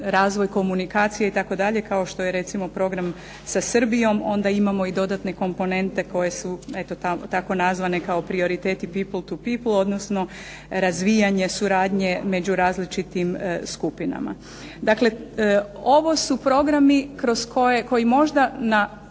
razvoj komunikacije itd. kao što je recimo program sa Srbijom, onda imamo i dodatne komponente koje su eto tako nazvane kao prioriteti "people to people" odnosno razvijanje suradnje među različitim skupinama. Dakle, ovo su programi kroz koje, koji